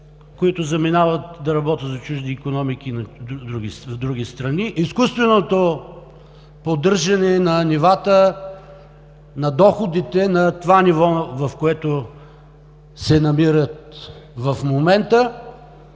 които заминават да работят за чужди икономики на други страни, изкуственото поддържане на нивата на доходите на това ниво, в което се намират в момента,